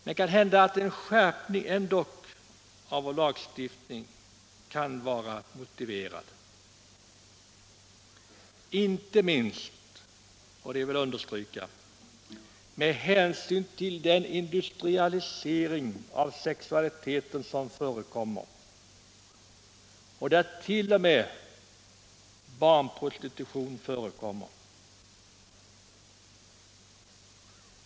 En skärpning av vår lagstiftning kanske ändå kan vara motiverad, inte minst — det vill jag understryka — med hänsyn till den industrialisering av sexualiteten som förekommer och där t.o.m. barnprostitution ingår.